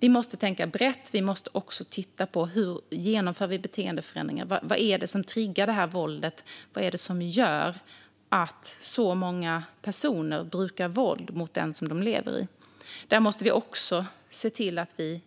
Vi måste tänka brett, och vi måste titta på hur vi genomför beteendeförändringar. Vad är det som triggar våldet, och vad är det som gör att så många personer brukar våld mot den som de lever med? Vi måste också se till att vi